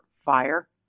fire